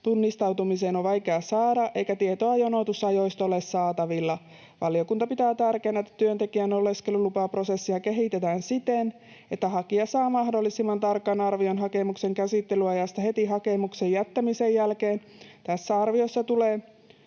tunnistautumiseen on vaikea saada eikä tietoa jonotusajoista ole saatavilla. Valiokunta pitää tärkeänä, että työntekijän oleskelulupaprosessia kehitetään siten, että hakija saa mahdollisimman tarkan arvion hakemuksen käsittelyajasta heti hakemuksen jättämisen jälkeen. Tässä arviossa tulee